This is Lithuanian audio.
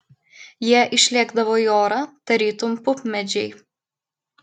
jie išlėkdavo į orą tarytum pupmedžiai